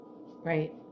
right